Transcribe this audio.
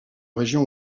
région